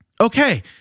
Okay